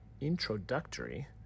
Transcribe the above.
introductory